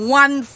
one